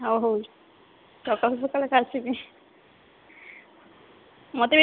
ହଉ ହଉ ସକାଳେ ସକାଳେ ଆସିବି ମୋତେ